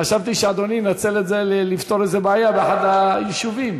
חשבתי שאדוני ינצל את זה לפתור איזו בעיה באחד היישובים,